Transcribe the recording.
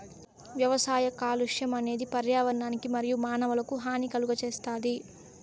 వ్యవసాయ కాలుష్యం అనేది పర్యావరణానికి మరియు మానవులకు హాని కలుగజేస్తాది